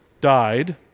died